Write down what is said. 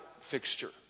fixture